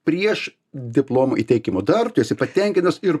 prieš diplomų įteikimo dar tu esi patenkintas ir